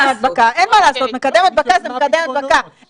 בעייתית, המדיניות היא בעייתית, תמר.